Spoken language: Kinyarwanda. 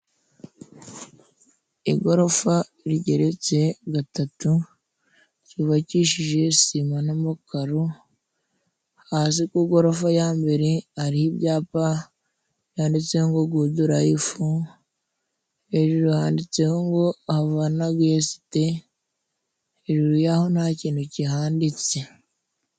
Igorofa rigeretse gatatu, ryubakishije sima n'amakaro. Hasi ku igorofa ya mbere hariho ibyapa byanditseho ngo Gudurayifu, hejuru handitseho ngo Havanagesite, hejuru ya ho nta kintu kihanditse.